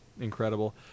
Incredible